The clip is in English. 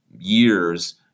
years